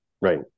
right